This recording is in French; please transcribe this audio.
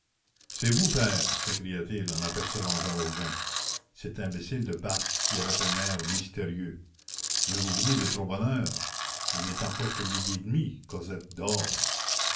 c'est vous père s'écria-t-il en apercevant jean valjean cet imbécile de basque qui avait un air mystérieux mais vous venez de trop bonne heure il n'est encore que midi et demi cosette dort